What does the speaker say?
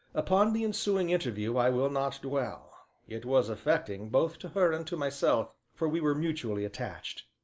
upon the ensuing interview i will not dwell it was affecting both to her and to myself, for we were mutually attached.